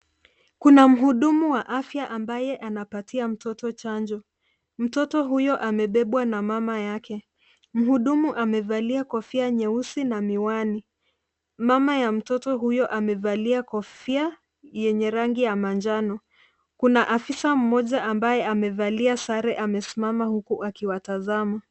Kuna muhudumu wa afya ambaye anapatia mtoto chanjo. Mtoto huyo amebebwa na mama yake. Muhudumu amevalia kofia nyeusi na miwani. Mama ya mtoto huyo amevalia kofia yenye rangi ya manjano. Kuna afisa mmoja ambaye amevalia sare amesimama huku akiwatazama.